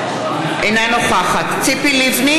אינה נוכחת ציפי לבני,